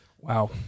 Wow